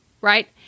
Right